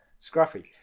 scruffy